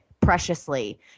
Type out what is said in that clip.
preciously